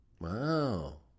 Wow